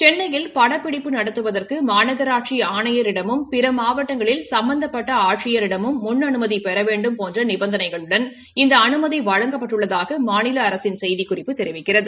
சென்னையில் படப்பிடிப்பு நடத்துவதற்கு மாநகராட்சி ஆணையரிடமும் பிற மாவட்டங்களில் சம்பந்தப்பட்ட ஆட்சித் தலைவரிடமும் முன் அனுமதி பெற வேண்டும் போன்ற நிபந்தனைகளுடன் இந்த அனுமதி வழங்கப்பட்டுள்ளதாக மாநில அரசின் செய்திக்குறிப்பு தெரிவிக்கிறது